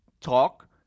talk